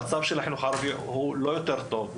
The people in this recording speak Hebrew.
המצב של החינוך במגזר הערבי הוא לא טוב בהרבה,